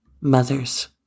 Mothers